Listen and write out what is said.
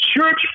Church